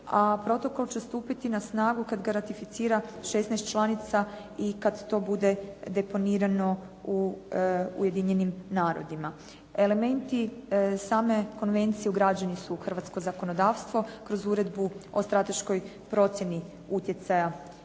a protokol će stupiti na snagu kad ga ratificira 16 članica i kad to bude deponirano u Ujedinjenim narodima. Elementi same konvencije ugrađeni su u hrvatsko zakonodavstvo kroz Uredbu o strateškoj procjeni utjecaja